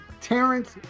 Terrence